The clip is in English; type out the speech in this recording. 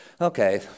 okay